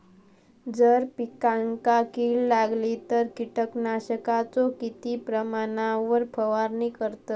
जर पिकांका कीड लागली तर कीटकनाशकाचो किती प्रमाणावर फवारणी करतत?